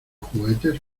juguetes